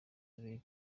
league